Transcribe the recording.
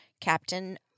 Captain